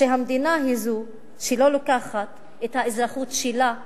שהמדינה היא זו שלא לוקחת את האזרחות שלה ברצינות.